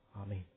Amen